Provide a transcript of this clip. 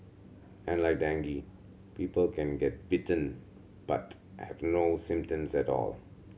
and like dengue people can get bitten but have no symptoms at all